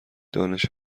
دانش